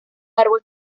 árbol